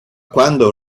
quando